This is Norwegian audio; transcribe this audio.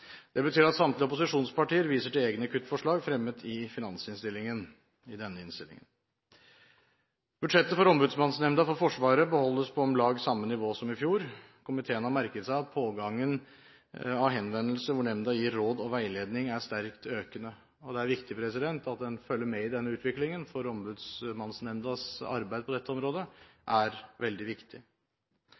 Det betyr at samtlige opposisjonspartier i denne innstillingen viser til egne kuttforslag fremmet i finansinnstillingen. Budsjettet for Ombudsmannsnemnda for Forsvaret beholdes på om lag samme nivå som i fjor. Komiteen har merket seg at pågangen av henvendelser hvor nemnda gir råd og veiledning, er sterkt økende. Det er viktig at en følger med i denne utviklingen, for Ombudsmannsnemndas arbeid på dette området er veldig viktig.